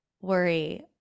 worry